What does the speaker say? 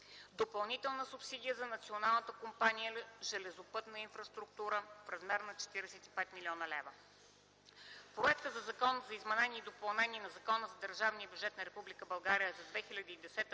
допълнителна субсидия за Национална компания „Железопътна инфраструктура” в размер 45 млн. лв. В Законопроекта за изменение и допълнение на Закона за държавния бюджет на Република България за 2010 г. не